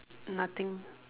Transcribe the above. nothing